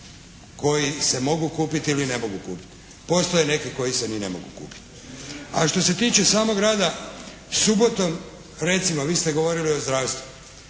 koji se mogu kupiti ili ne mogu kupiti. Postoje neki koji se ni ne mogu kupiti. A što se tiče samog rada subotom, recimo vi ste govorili o zdravstvu.